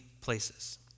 places